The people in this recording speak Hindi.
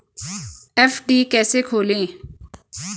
एफ.डी कैसे खोलें?